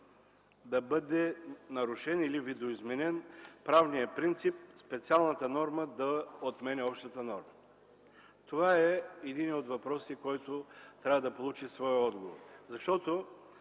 да бъде нарушен или видоизменен правният принцип – специалната норма да отменя общата норма. Това е единият от въпросите, който трябва да получи своя отговор.